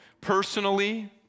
personally